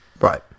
Right